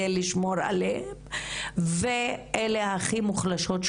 מנת לשמור עליהן ומתוכן אלה ההכי מוחלשות,